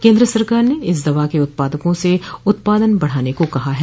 केंद्र सरकार ने इस दवा के उत्पीदकों से उत्पादन बढ़ाने को कहा है